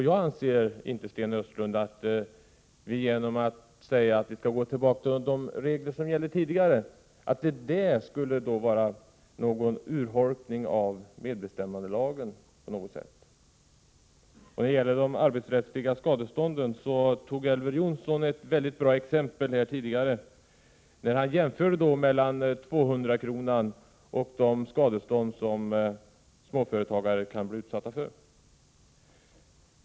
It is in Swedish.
Jag anser inte, Sten Östlund, att vi genom att säga att vi skall gå tillbaka till de regler som gällde tidigare skulle tala för en urholkning av medbestämmandelagen. När det gäller de arbetsrättsliga skadestånden tog Elver Jonsson upp ett väldigt bra exempel tidigare. Han jämförde beloppet 200 kr. och de skadestånd som småföretagare kan krävas på.